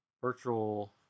virtual